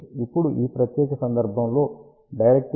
ఇప్పుడు ఈ ప్రత్యేక సందర్భంలో డైరెక్టివిటీ 1